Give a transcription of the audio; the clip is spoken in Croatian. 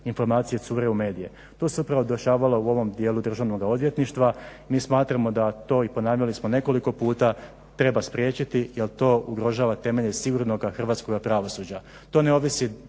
informacije cure u medije. To se upravo dešavalo u ovom dijelu Državnoga odvjetništva. Mi smatramo da to, i ponavljali smo nekoliko puta, treba spriječiti jer to ugrožava temelje sigurnoga hrvatskoga pravosuđa.